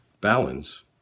Balance